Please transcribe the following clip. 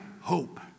hope